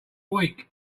week